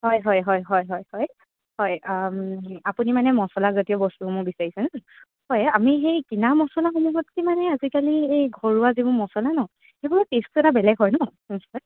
হয় হয় হয় হয় হয় হয় হয় আপুনি মানে মছলাজাতীয় বস্তু মোৰ বিচাৰিছে ন হয় আমি সেই কিনা মছলা সমূহত কিমানে আজিকালি এই ঘৰুৱা যিবোৰ মছলা ন সেইবোৰৰ টেষ্টটো এটা বেলেগ হয় ন